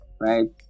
right